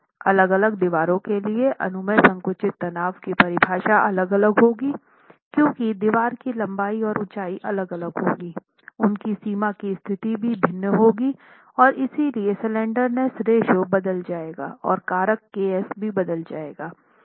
अलग अलग दीवारों के लिए अनुमेय संकुचित तनाव की परिभाषा अलग अलग होगीक्योंकि दीवार की लंबाई और ऊंचाई अलग अलग होगी उनकी सीमा की स्थिति भीभिन्न होगी और इसलिए स्लैंडरनेस रेश्यो बदल जाएगा और कारक ks भी बदल जायेगा